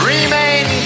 Remain